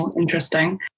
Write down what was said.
interesting